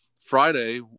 Friday